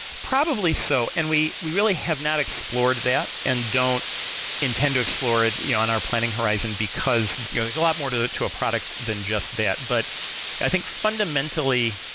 probably so, and we we really have not explored that and don't intend to explore it yeah on our planning horizon because there's a lot more to to a product than just that. but i think fundamentally,